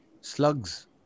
slugs